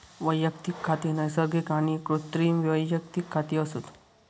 वैयक्तिक खाती नैसर्गिक आणि कृत्रिम वैयक्तिक खाती असत